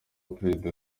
perezida